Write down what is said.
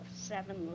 seven